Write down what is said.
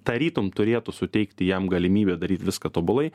tarytum turėtų suteikti jam galimybę daryt viską tobulai